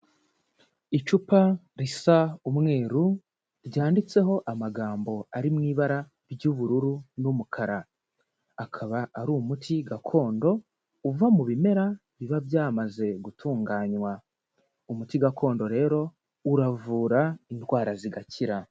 Icupa risa umweru ryanditseho amagambo ari mu ibara ry'ubururu n'umukara, akaba ari umuti gakondo uva mu bimera biba byamaze gutunganywa. Umuti gakondo rero uravura indwara zigakira.